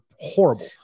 Horrible